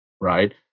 right